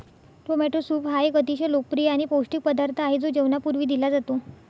tomato soup हा एक अतिशय लोकप्रिय आणि पौष्टिक पदार्थ आहे जो जेवणापूर्वी दिला जातो